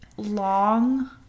long